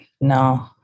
no